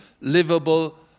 livable